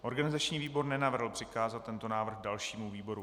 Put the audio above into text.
Organizační výbor nenavrhl přikázat tento návrh dalšímu výboru.